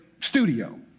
studio